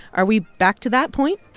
are we back to that point?